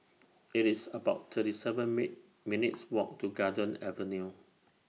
IT IS about thirty seven Me minutes' Walk to Garden Avenue